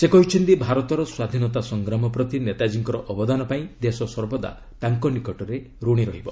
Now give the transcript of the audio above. ସେ କହିଛନ୍ତି ଭାରତର ସ୍ୱାଧୀନତା ସଂଗ୍ରାମ ପ୍ରତି ନେତାକ୍ରୀଙ୍କର ଅବଦାନ ପାଇଁ ଦେଶ ସର୍ବଦା ତାଙ୍କ ନିକଟରେ ଋଣୀ ରହିବ